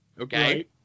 okay